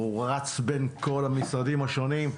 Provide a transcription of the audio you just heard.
הוא רץ בין כל המשרדים השונים,